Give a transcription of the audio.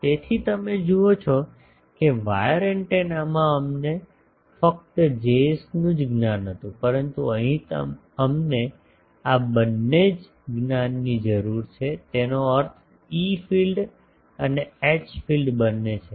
તેથી તમે જુઓ છો કે વાયર એન્ટેનામાં અમને ફક્ત Js નું જ્ જ્ઞાન હતું પરંતુ અહીં અમને આ બંને જ્ જ્ઞાન ની જરૂર છે તેનો અર્થ ઇ ફીલ્ડ અને એચ ફીલ્ડ બંને છે